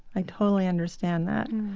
i totally understand that.